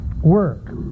work